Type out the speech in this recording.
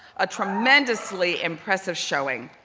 a tremendously impressive showing.